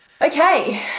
Okay